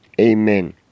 Amen